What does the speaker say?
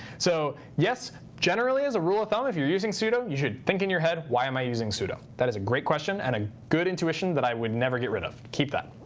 so yes, generally, as a rule of thumb, if you're using sudo, you should think in your head, why am i using sudo? that is a great question and a good intuition that i would never get rid of. keep that.